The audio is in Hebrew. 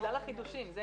בגלל החידושים.